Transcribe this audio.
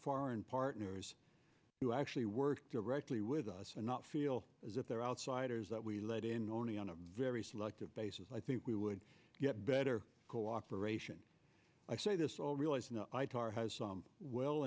foreign partners to actually work directly with us and not feel as if they're outsiders that we let in only on a very selective basis i think we would get better cooperation i say this